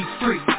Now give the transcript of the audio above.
free